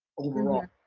overall.